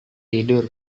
tidur